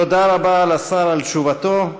תודה רבה לשר על תשובתו.